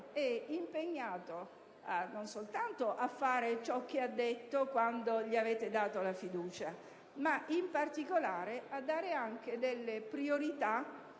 è impegnato non soltanto a fare ciò che ha detto quando gli avete concesso la fiducia, ma in particolare a dare priorità